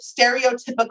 stereotypical